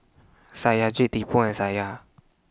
Satyajit Tipu and Satya